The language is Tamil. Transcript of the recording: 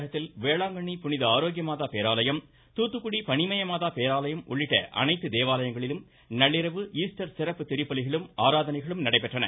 தமிழகத்தில் வேளாங்கண்ணி புனித ஆரோக்யமாதா பேராலயம் தூத்துக்குடி பனிமய மாதா பேராலயம் உள்ளிட்ட அனைத்து தேவாலயங்களிலும் நள்ளிரவு ஈஸ்டர் சிறப்பு திருப்பலிகளும் ஆராதனைகளும் நடைபெற்றன